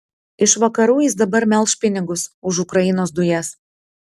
iš vakarų jis dabar melš pinigus už ukrainos dujas